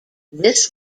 this